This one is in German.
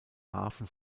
hafen